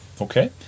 Okay